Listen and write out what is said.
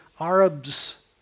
Arabs